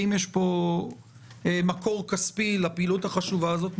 אם יש פה מקור כספי לפעילות החשובה הזאת,